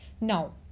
Now